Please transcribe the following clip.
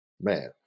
man